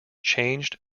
changed